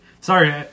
sorry